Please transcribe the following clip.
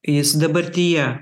jis dabartyje